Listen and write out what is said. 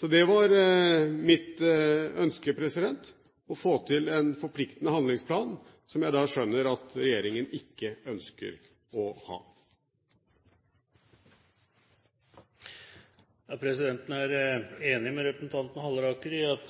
Det var mitt ønske, å få til en forpliktende handlingsplan, som jeg skjønner at regjeringen ikke ønsker å ha. Presidenten er enig med representanten Halleraker i at